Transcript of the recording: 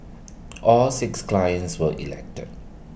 all six clients were elected